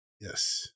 Yes